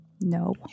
No